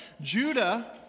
Judah